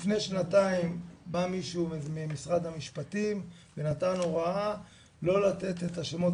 לפני שנתיים בא מישהו ממשרד המשפטים ונתן הוראה לא לתת את השמות,